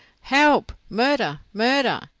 help! murder! murder!